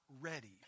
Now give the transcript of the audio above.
ready